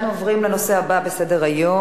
אנחנו עוברים לנושא הבא בסדר-היום,